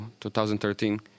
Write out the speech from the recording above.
2013